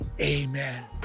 amen